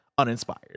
uninspired